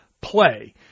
play